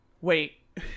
wait